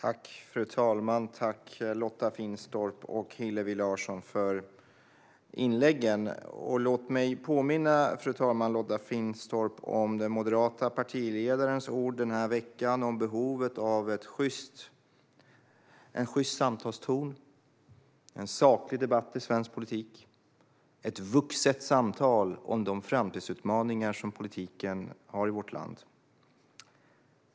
Fru talman! Tack för inläggen, Lotta Finstorp och Hillevi Larsson! Låt mig påminna Lotta Finstorp om den moderate partiledarens ord den här veckan om behovet av en sjyst samtalston, en saklig debatt i svensk politik och ett vuxet samtal om de framtidsutmaningar som politiken har i vårt land.